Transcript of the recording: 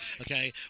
okay